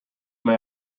may